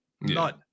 None